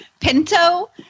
pinto